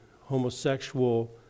homosexual